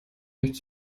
nichts